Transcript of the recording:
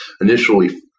initially